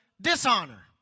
dishonor